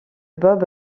bob